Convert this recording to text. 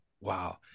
wow